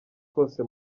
kose